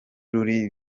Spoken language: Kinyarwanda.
ruli